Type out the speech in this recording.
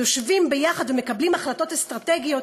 יושבים ביחד ומקבלים החלטות אסטרטגיות,